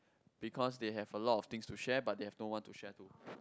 because they have a lot of things to share but they have no one to share to